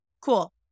cool